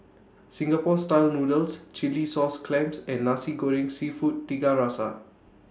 Singapore Style Noodles Chilli Sauce Clams and Nasi Goreng Seafood Tiga Rasa